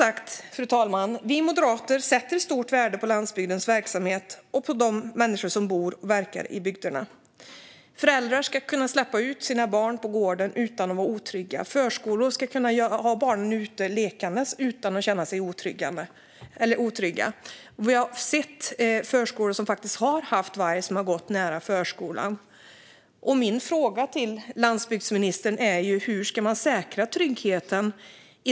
Fru talman! Vi moderater sätter som sagt stort värde på landsbygdens verksamhet och på de människor som bor och verkar i bygderna. Föräldrar ska kunna släppa ut sina barn på gården utan att vara oroliga, och på förskolor ska barnen kunna leka ute utan att känna sig otrygga. Det har förekommit varg nära förskolor.